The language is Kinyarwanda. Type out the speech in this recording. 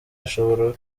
ashobora